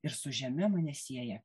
ir su žeme mane sieja